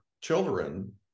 children